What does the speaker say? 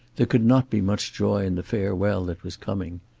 there could not be much joy in the farewell that was coming.